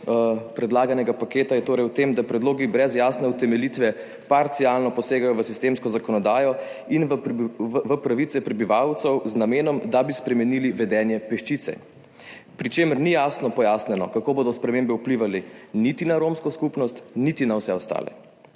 predlaganega paketa je torej v tem, da predlogi brez jasne utemeljitve parcialno posegajo v sistemsko zakonodajo in v pravice prebivalcev z namenom, da bi spremenili vedenje peščice, pri čemer ni jasno pojasnjeno, kako bodo spremembe vplivale niti na romsko skupnost niti na vse ostale.